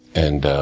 and,